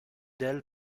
d’elle